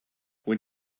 when